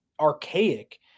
archaic